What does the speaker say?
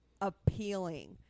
appealing